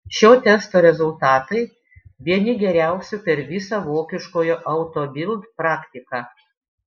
šio testo rezultatai vieni geriausių per visą vokiškojo auto bild praktiką